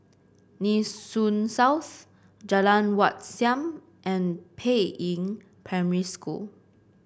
Nee Soon South Jalan Wat Siam and Peiying Primary School